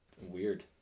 weird